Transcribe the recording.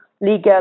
legal